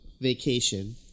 Vacation